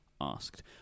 asked